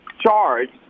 charged